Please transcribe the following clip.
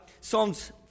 Psalms